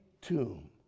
tomb